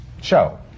show